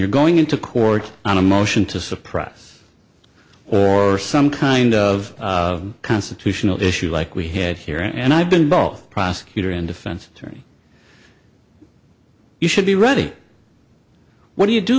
you're going into court on a motion to suppress or some kind of constitutional issue like we had here and i've been both prosecutor and defense attorney you should be ready what do you do